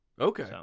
Okay